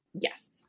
Yes